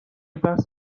بحث